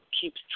keeps